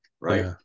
right